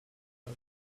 dog